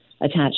attached